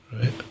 Right